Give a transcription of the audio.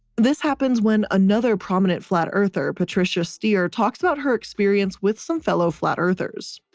this happens when another prominent flat-earther, patricia steere talks about her experience with some fellow flat-earthers.